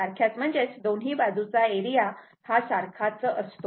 सारख्याच म्हणजेच दोन्ही बाजूचा एरिया हा सारखाच असतो